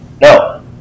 No